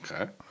Okay